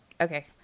Okay